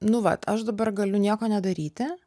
nu vat aš dabar galiu nieko nedaryti